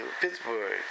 Pittsburgh